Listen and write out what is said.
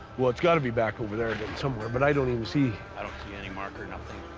well, it's gotta be back over there then somewhere. but i don't even see i don't see any marker, nothing.